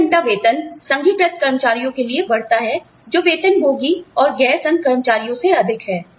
प्रति घंटा वेतन संघीकृत कर्मचारियों के लिए बढ़ता है जो वेतनभोगी और गैर संघ कर्मचारियों से अधिक है